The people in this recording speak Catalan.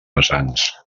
vessants